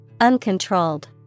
Uncontrolled